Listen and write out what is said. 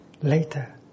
later